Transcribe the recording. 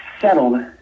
settled